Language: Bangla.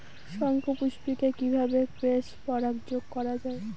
শঙ্খপুষ্পী কে কিভাবে ক্রস পরাগায়ন করা যায়?